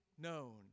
known